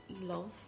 love